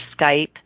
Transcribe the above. Skype